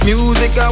Music